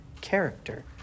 character